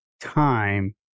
time